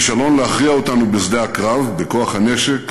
הכישלון בהכרעתנו בשדה הקרב, בכוח הנשק,